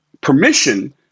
permission